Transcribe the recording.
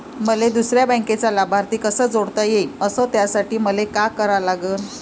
मले दुसऱ्या बँकेचा लाभार्थी कसा जोडता येईन, अस त्यासाठी मले का करा लागन?